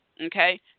okay